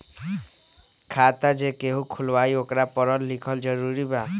खाता जे केहु खुलवाई ओकरा परल लिखल जरूरी वा?